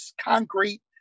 Concrete